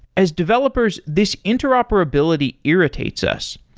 as developers, this interoperability irritates us.